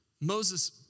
Moses